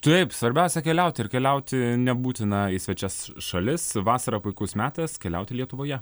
taip svarbiausia keliauti ir keliauti nebūtina į svečias šalis vasara puikus metas keliauti lietuvoje